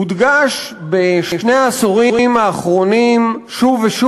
הודגש בשני העשורים האחרונים שוב ושוב